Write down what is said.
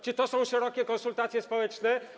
Czy to są szerokie konsultacje społeczne?